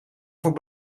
voor